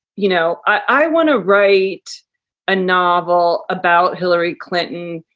you know, i want to write a novel. about hillary clinton.